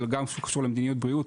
אבל גם שקשור למדיניות בריאות,